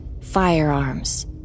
Firearms